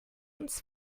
uns